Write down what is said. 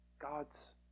God's